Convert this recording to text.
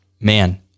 Man